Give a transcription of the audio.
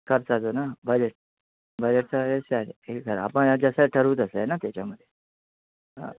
खर्चाचं ना budget budget तर हेच आहे आपण जसं ठरवू तसं आहे ना त्याच्यात हं